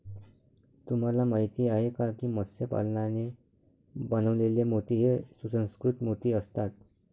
तुम्हाला माहिती आहे का की मत्स्य पालनाने बनवलेले मोती हे सुसंस्कृत मोती असतात